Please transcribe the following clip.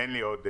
אין לי עוד.